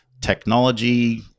technology